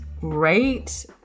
great